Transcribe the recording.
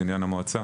זה עניין המועצה,